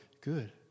good